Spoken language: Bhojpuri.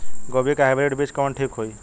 गोभी के हाईब्रिड बीज कवन ठीक होई?